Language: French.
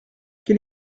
quel